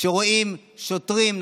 כשרואים שוטרים,